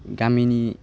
गामिनि